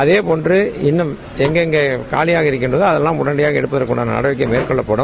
அதேபோன்று இன்னும் எங்கெங்கே காலியாக இருக்கின்றதோ அதெல்லாம் உடனடியாக எடுப்பதற்கு உண்டான நடவடிக்கைகள் மேற்கொள்ளப்படும்